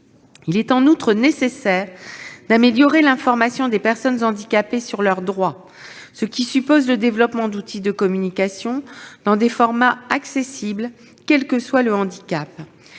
il est nécessaire d'améliorer l'information des personnes handicapées sur leurs droits, ce qui suppose le développement d'outils de communication dans des formats accessibles, quel que soit le handicap.